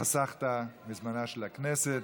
חסכת מזמנה של הכנסת.